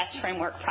framework